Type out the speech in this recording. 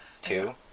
Two